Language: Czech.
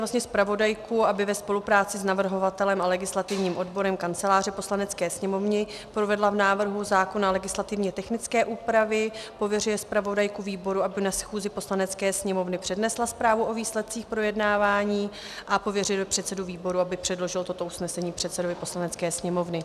A zmocňuje vlastně zpravodajku, aby ve spolupráci s navrhovatelem a legislativním odborem Kanceláře Poslanecké sněmovny provedla v návrhu zákona legislativně technické úpravy, pověřuje zpravodajku výboru, aby na schůzi Poslanecké sněmovny přednesla zprávu o výsledcích projednávání, a pověřuje předsedu výboru, aby předložil toto usnesení předsedovi Poslanecké sněmovny.